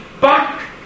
back